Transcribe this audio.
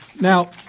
Now